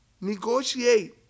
negotiate